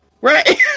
Right